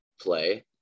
play